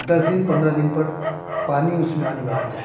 तो दस दिन पंद्रह दिन पर पानी उसमें अनिवार्य है